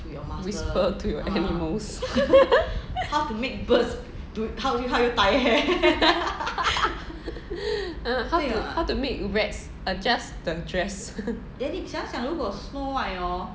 whisper to your animals how to how to make rats adjust the dress